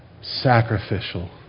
Sacrificial